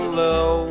low